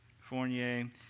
Fournier